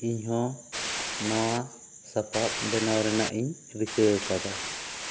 ᱤᱧ ᱦᱚᱸ ᱱᱟᱣᱟ ᱥᱟᱯᱟᱯ ᱵᱮᱱᱟᱣ ᱨᱮᱱᱟᱜ ᱤᱧ ᱨᱤᱠᱟᱹᱣ ᱟᱠᱟᱫᱟ